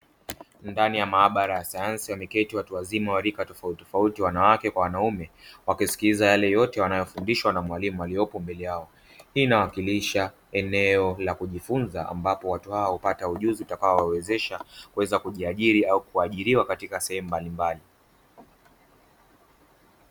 Ndani ya maabara ya sayansi wameketi watu wazima wa rika tofauti tofauti wanawake kwa wanaume wakisikiliza yale yote wanayofundishwa na mwalimu aliyopo mbele yao, hii inawakilisha eneo la kujifunza ambapo watu hawa hupata ujuzi utakaowawezesha kuweza kujiajiri au kuajiriwa katika sehemu mbalimbali.